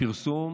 הפרסום